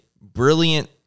brilliant